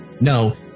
No